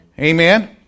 Amen